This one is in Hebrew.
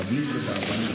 קבלי את זה בהבנה.